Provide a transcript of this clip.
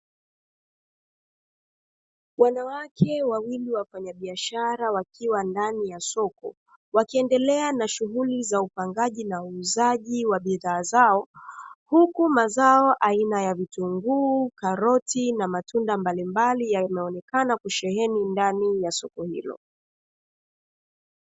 Wanawake wawili wafanyabiashara wakiwa ndani ya soko wakiendelea na shughuli za upangaji na uuzaji wa bidhaa zao, huku mazao aina ya vitunguu, karoti na matunda mbalimbali yanaonekana kusheheni ndani ya soko hilo.